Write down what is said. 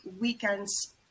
weekends